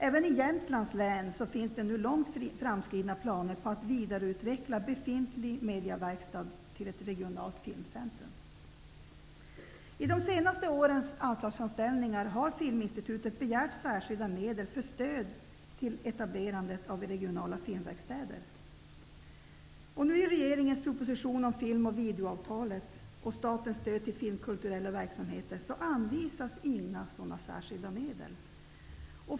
Även i Jämtlands län finns nu långt framskridna planer på att vidareutveckla befintlig mediaverkstad till ett regionalt filmcentrum. I de senaste årens anslagsframställningar har regeringens proposition om film och videoavtalet och statens stöd till filmkulturella verksamheter anvisas inga sådana särskilda medel.